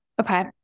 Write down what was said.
Okay